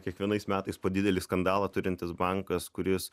kiekvienais metais po didelį skandalą turintis bankas kuris